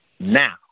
Now